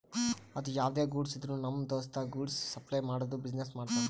ಅದು ಯಾವ್ದೇ ಗೂಡ್ಸ್ ಇದ್ರುನು ನಮ್ ದೋಸ್ತ ಗೂಡ್ಸ್ ಸಪ್ಲೈ ಮಾಡದು ಬಿಸಿನೆಸ್ ಮಾಡ್ತಾನ್